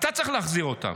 אתה צריך להחזיר אותן.